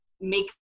make